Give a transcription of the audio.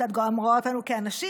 שאת גם רואה אותנו כאנשים,